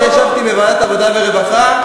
ישבתי בוועדת העבודה והרווחה,